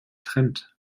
trennt